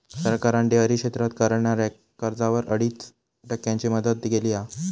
सरकारान डेअरी क्षेत्रात करणाऱ्याक कर्जावर अडीच टक्क्यांची मदत केली हा